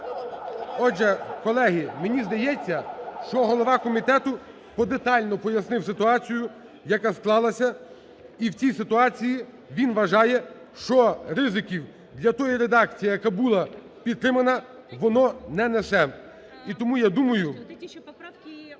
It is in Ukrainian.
Отже, колеги, мені здається, що голова комітету подетально пояснив ситуацію, яка склалася, і в цій ситуації він вважає, що ризиків для тієї редакції, яка була підтримана, воно не несе.